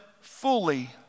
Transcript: fully